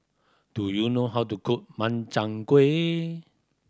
do you know how to cook Makchang Gui